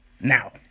Now